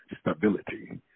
stability